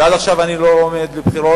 ועד עכשיו אני לא רואה בחירות,